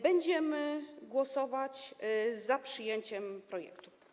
Będziemy głosować za przyjęciem projektu.